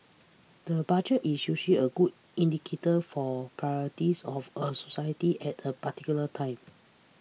the Budget is usually a good indicator for priorities of a society at a particular time